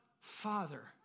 Father